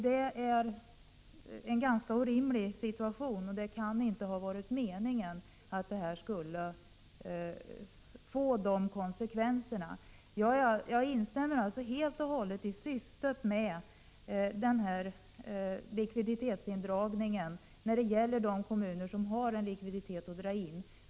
Det är en ganska orimlig situation, och det kan inte ha varit meningen att denna åtgärd skulle få de konsekvenserna. Jag instämmer alltså helt och fullt i syftet med likviditetsindragningen när det gäller de kommuner som har en likviditet att dra in.